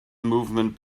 movement